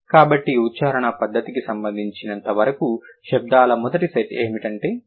కాబట్టి ఉచ్ఛారణ పద్ధతికి సంబంధించినంతవరకు శబ్దాల మొదటి సెట్ ఏమిటంటే స్టాప్లు